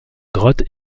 grottes